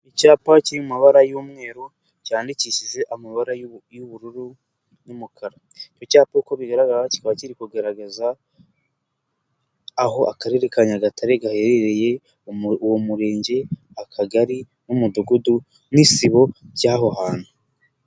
Icyapa kiri mu mabara y'umweru, cyandikishije amabara y'ubururu n'umukara. Icyo cyapa kuko bigaragarara kikaba kiri kugaragaza aho Akarere ka Nyagatare gaherereye, uwo murenge, akagari n'umudugudu n'isibo by'aho hantu.